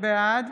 בעד